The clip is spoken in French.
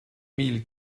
mille